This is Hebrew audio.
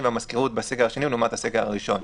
והמזכירות בסגר השני לעומת הסגר הראשון.